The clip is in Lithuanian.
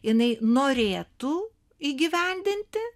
jinai norėtų įgyvendinti